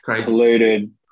polluted